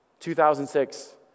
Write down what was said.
2006